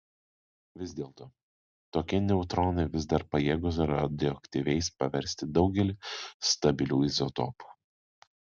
vis dėlto tokie neutronai vis dar pajėgūs radioaktyviais paversti daugelį stabilių izotopų